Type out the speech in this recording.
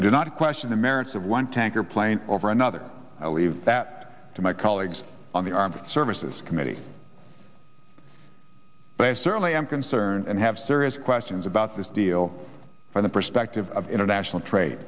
do not question the merits of one tanker plane over another i'll leave that to my colleagues on the armed services committee but i certainly am concerned and have serious questions about this deal from the perspective of international trade